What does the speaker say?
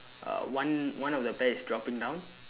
uh one one of the pear is dropping down